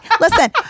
listen